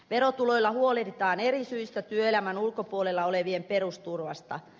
verotuloilla huolehditaan eri syistä työelämän ulkopuolella olevien perusturvasta